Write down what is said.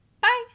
Bye